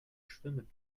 schwimmen